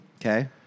Okay